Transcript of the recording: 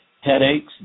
headaches